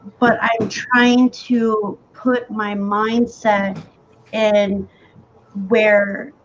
but i'm trying to put my mindset and where